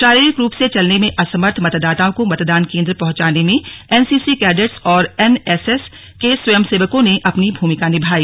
शारीरिक रूप से चलने में असमर्थ मंतदाताओं को मतदान केंद्र पहुंचाने में एनसीसी कैडेट्स और एन एस एस के स्वयंसेवकों ने अपनी भूमिका निभाई